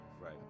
Right